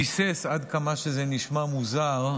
ביסס, עד כמה שזה נשמע מוזר,